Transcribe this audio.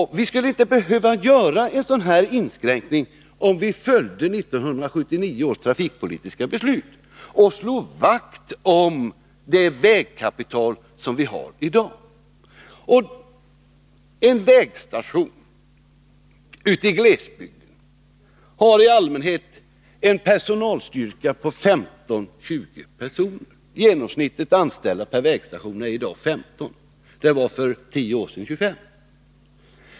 Man skulle inte behöva göra en sådan här inskränkning, om man följde 1979 års trafikpolitiska beslut och slog vakt om det vägkapital som vi har i dag. En vägstation ute i glesbygden har i allmänhet en personalstyrka på 15-20 personer. Genomsnittet anställda per vägstation är i dag 15. Det var för tio år sedan 25.